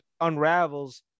unravels